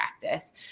practice